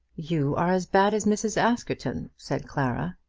you are as bad as mrs. askerton, said clara.